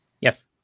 Yes